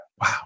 Wow